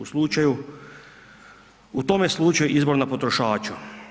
U slučaju, u tome slučaju izbor na potrošaču.